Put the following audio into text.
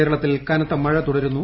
കേരളത്തിൽ കന്ത്ത മഴ തുടരുന്നു